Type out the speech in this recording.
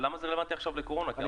למה זה רלוונטי עכשיו לקורונה?